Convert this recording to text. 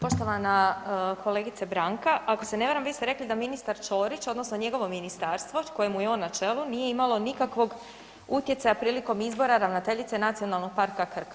Poštovana kolegice Branka, ako se ne varam vi ste rekli da ministar Ćorić odnosno njegovo ministarstvo kojemu je on na čelu nije imalo nikakvog utjecaja prilikom izbora ravnateljice Nacionalnog parka Krka.